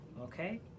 okay